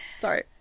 sorry